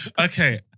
Okay